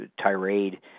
tirade